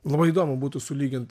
labai įdomu būtų sulygint